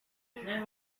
between